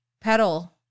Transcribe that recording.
Pedal